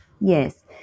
Yes